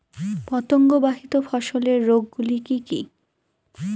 পতঙ্গবাহিত ফসলের রোগ গুলি কি কি?